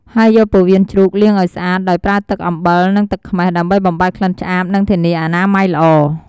ហើយយក ពោះវៀនជ្រូក លាងឱ្យស្អាត ដោយប្រើទឹក អំបិល និងទឹកខ្មេះ ដើម្បីបំបាត់ក្លិនឆ្អាប និងធានាអនាម័យល្អ។